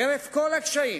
חרף כל הקשיים